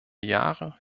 jahre